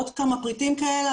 עוד כמה פריטים כאלה,